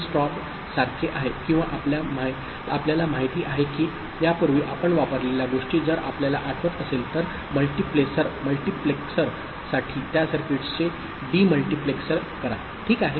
हे स्ट्रॉबसारखे आहे किंवा आपल्याला माहिती आहे की यापूर्वी आपण वापरलेल्या गोष्टी जर आपल्याला आठवत असेल तर मल्टीप्लेसरसाठी त्या सर्किट्सचे डिमोल्टिप्लेक्सर करा ठीक आहे